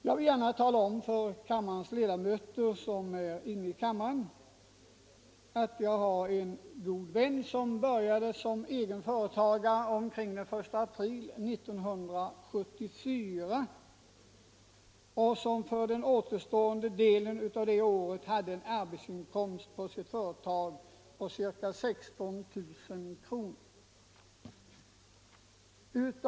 Jag vill gärna tala om för kammarens ledamöter att jag har en god vän som började som egen företagare omkring den 1 april 1974 och som för den återstående delen av det året hade en arbetsinkomst på sitt företag på ca 16 000 kr.